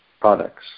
products